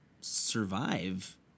survive